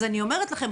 אז אני אומרת לכם,